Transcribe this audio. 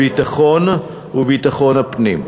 הביטחון וביטחון הפנים.